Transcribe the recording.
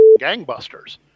gangbusters